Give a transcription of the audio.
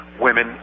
women